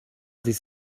this